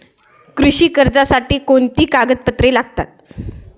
कृषी कर्जासाठी कोणती कागदपत्रे लागतात?